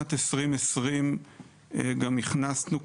משנת 2020 גם הכנסנו,